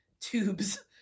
tubes